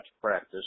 practice